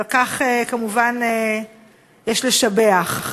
על כך, כמובן, יש לשבח.